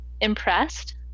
impressed